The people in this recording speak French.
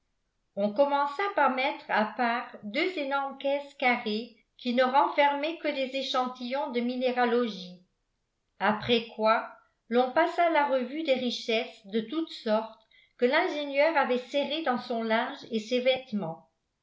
on commença par mettre à part deux énormes caisses carrées qui ne renfermaient que des échantillons de minéralogie après quoi l'on passa la revue des richesses de toute sorte que l'ingénieur avait serrées dans son linge et ses vêtements